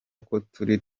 kuri